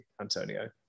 Antonio